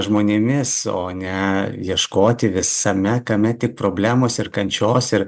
žmonėmis o ne ieškoti visame kame tik problemos ir kančios ir